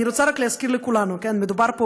אני רוצה רק להזכיר לכולנו: מדובר פה